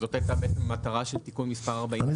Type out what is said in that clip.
שזאת הייתה המטרה של תיקון מספר 44. כן,